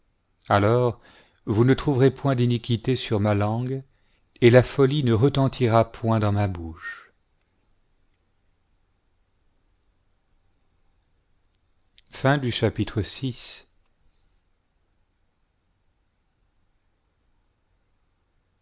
alors vous ne trouverez point d'iniquité sur ma langue et la folie ne retentira point dans ma bouche